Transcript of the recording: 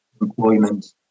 employment